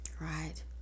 Right